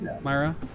Myra